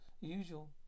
usual